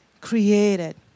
created